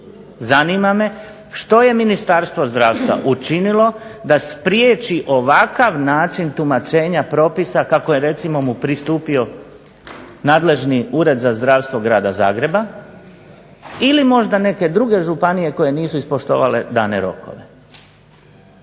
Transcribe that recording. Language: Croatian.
Zanima me što je Ministarstvo zdravstva učinilo da spriječi ovakav način tumačenja propisa kako je recimo mu pristupio nadležni ured za zdravstvo grada Zagreba, ili možda neke druge županije koje nisu ispoštovale dane rokove.